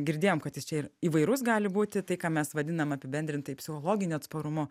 girdėjom kad iš čia ir įvairus gali būti tai ką mes vadinam apibendrintai psichologiniu atsparumu